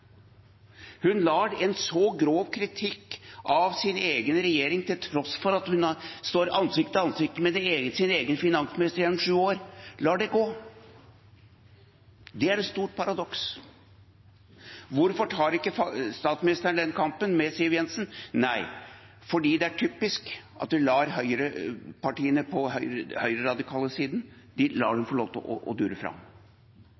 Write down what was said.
Hun lar en så grov kritikk av sin egen regjering gå, til tross for at hun står ansikt til ansikt med sin egen finansminister gjennom sju år. Det er et stort paradoks. Hvorfor tar ikke statsministeren den kampen med Siv Jensen? Fordi det er typisk at hun lar partiene på den høyreradikale siden